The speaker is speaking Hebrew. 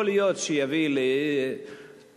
יכול להיות שיביא להידברות,